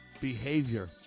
behavior